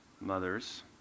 mothers